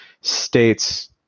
states